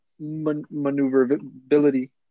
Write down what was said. maneuverability